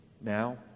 now